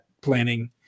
planning